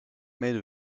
made